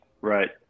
right